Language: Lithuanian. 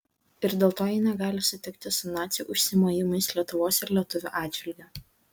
ir dėl to ji negali sutikti su nacių užsimojimais lietuvos ir lietuvių atžvilgiu